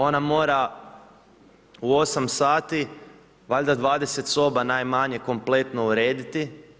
Ona mora u 8 sati valjda 20 soba najmanje kompletno urediti.